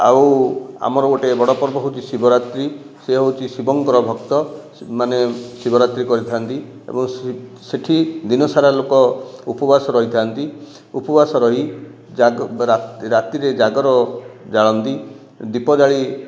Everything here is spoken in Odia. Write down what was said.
ଆଉ ଆମର ଗୋଟିଏ ବଡ଼ ପର୍ବ ହେଉଛି ଶିବରାତ୍ରି ସେ ହେଉଛି ଶିବଙ୍କର ଭକ୍ତମାନେ ଶିବରାତ୍ରି କରିଥାଆନ୍ତି ଏବଂ ସେଇଠି ଦିନସାରା ଲୋକ ଉପବାସ ରହିଥାନ୍ତି ଉପବାସ ରହି ଜାଗର ରାତିରେ ଜାଗର ଜାଳନ୍ତି ଦୀପ ଜାଳି